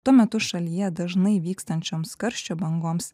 tuo metu šalyje dažnai vykstančioms karščio bangoms